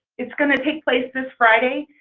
it's going to take place this friday.